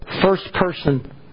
first-person